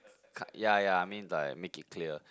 kind ya ya I mean like make it clear